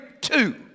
two